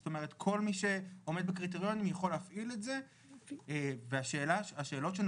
זאת אומרת כל מי שעומד בקריטריונים יכול להפעיל את זה והשאלות שנובעות